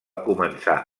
començar